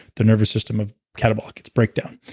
the nervous system of catabolic. it's breakdown,